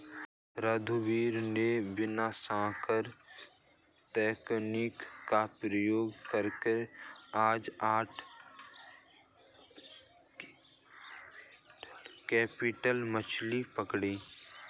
रघुवीर ने विनाशकारी तकनीक का प्रयोग करके आज आठ क्विंटल मछ्ली पकड़ा